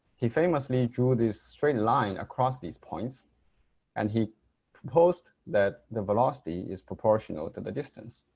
he famously drew this straight line across these points and he proposed that the velocity is proportional to the distance.